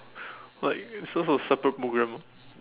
like so it's just a separate programme lor